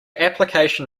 application